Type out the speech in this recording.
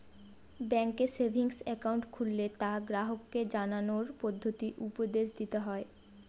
ব্যাঙ্কে savings account খুললে তা গ্রাহককে জানানোর পদ্ধতি উপদেশ দিতে হয়